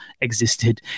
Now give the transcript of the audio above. existed